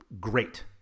great